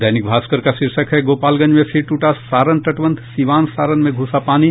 दैनिक भास्कर का शीर्षक है गोपालगंज में फिर टूटा सारण तटबंध सीवान सारण में घुसा पानी